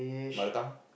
mother tongue